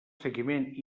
seguiment